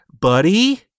buddy